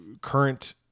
current